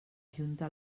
junta